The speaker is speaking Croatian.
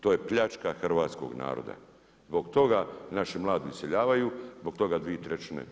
To je pljačka hrvatskog naroda, zbog toga naši mladi iseljavaju, zbog toga 2/